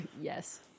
Yes